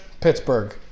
Pittsburgh